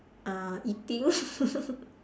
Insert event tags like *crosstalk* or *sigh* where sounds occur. uh eating *laughs*